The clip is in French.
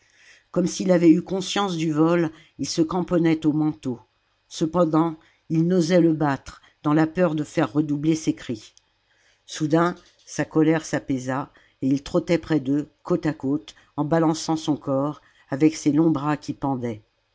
comme s'il avait eu conscience du vol il se cramponnait au manteau cependant ils n'osaient le battre dans la peur de faire redoubler ses cris soudain sa colère s'apaisa et il trottait près d'eux côte à côte en balançant son corps avec ses longs bras qui pendaient